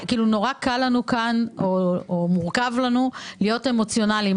כאילו נורא קל לנו כאן או מורכב לנו להיות אמוציונאליים.